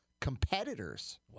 competitors